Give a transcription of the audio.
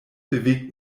bewegt